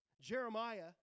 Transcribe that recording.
Jeremiah